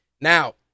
Now